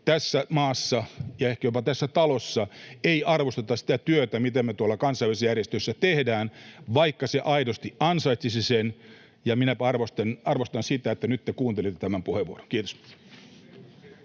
tässä maassa ja ehkä jopa tässä talossa ei arvosteta sitä työtä, mitä me kansainvälisissä järjestöissä tehdään, vaikka se aidosti ansaitsisi sen. Ja minä arvostan sitä, että nyt te kuuntelitte tämän puheenvuoron. — Kiitos.